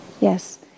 Yes